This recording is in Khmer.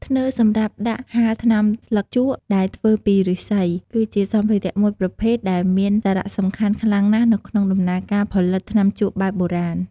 ធ្នើរសម្រាប់ដាក់ហាលថ្នាំស្លឹកជក់ដែលធ្វើពីឬស្សី គឺជាសម្ភារៈមួយប្រភេទដែលមានសារៈសំខាន់ខ្លាំងណាស់នៅក្នុងដំណើរការផលិតថ្នាំជក់បែបបុរាណ។